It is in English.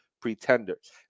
pretenders